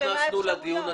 עוד לא נכנסנו לדיון עצמו.